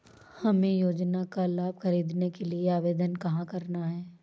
हमें योजना का लाभ ख़रीदने के लिए आवेदन कहाँ करना है?